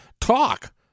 Talk